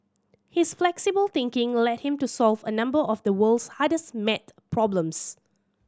his flexible thinking led him to solve a number of the world's hardest maths problems